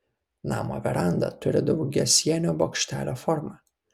namo veranda turi daugiasienio bokštelio formą